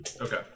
Okay